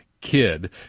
kid